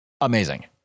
amazing